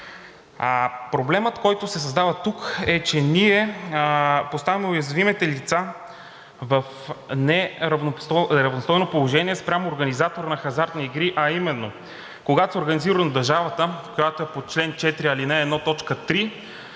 Проблемът, който се създава тук, е, че ние поставяме уязвимите лица в неравностойно положение спрямо организатор на хазартни игри, а именно, когато са организирани от държавата, което е по чл. 4, ал. 1,